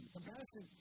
Compassion